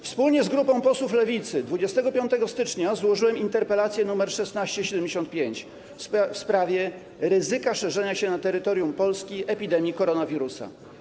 Wspólnie z grupą posłów Lewicy 25 stycznia złożyłem interpelację nr 1675 w sprawie ryzyka szerzenia się na terytorium Polski epidemii koronawirusa.